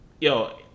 yo